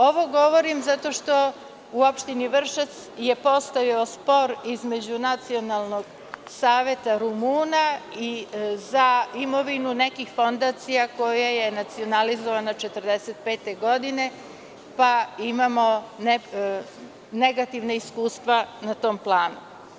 Ovo govorim zato što u opštini Vršac je postojao spor između Nacionalnog saveta Rumuna za imovinu nekih fondacija koja je nacionalizovana 1945. godine pa imamo negativna iskustva na tom planu.